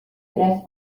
tres